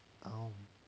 (uh huh)